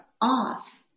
off